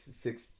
six